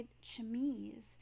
chemise